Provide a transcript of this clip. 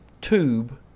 tube